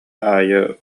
аайы